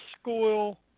school